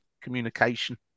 communication